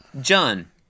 John